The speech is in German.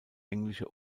englische